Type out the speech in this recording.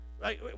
Right